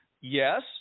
yes